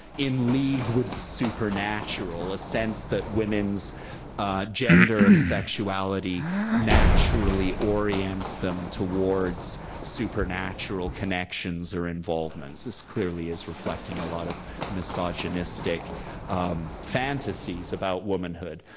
in league with the supernatural, a sense that women's gender and sexuality naturally orients them towards supernatural connections or involvements. this clearly is reflecting a lot of misogynistic fantasies about womanhood.